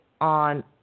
on